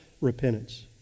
repentance